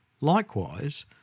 Likewise